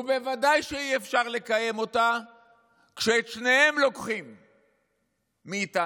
ובוודאי שאי-אפשר לקיים אותה כשאת שניהם לוקחים מאיתנו.